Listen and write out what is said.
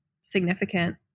significant